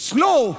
Slow